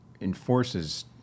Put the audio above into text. enforces